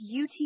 UT